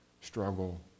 struggle